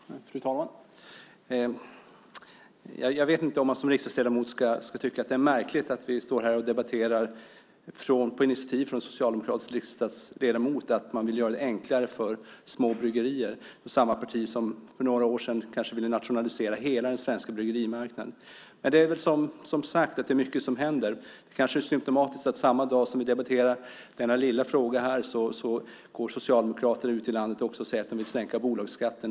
Fru talman! Jag vet inte om man som riksdagsledamot ska tycka att det är märkligt att vi, på ett initiativ från en socialdemokratisk riksdagsledamot, debatterar att man vill göra det enklare för små bryggerier. Det är samma parti som för några år sedan kanske ville nationalisera hela den svenska bryggerimarknaden. Men det är väl, som sagts, mycket som händer. Det kanske är symtomatiskt att samma dag som vi debatterar denna lilla fråga här säger socialdemokrater ute i landet att de vill sänka bolagsskatten.